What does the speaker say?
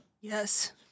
Yes